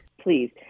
Please